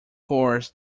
course